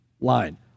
line